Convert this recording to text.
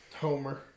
Homer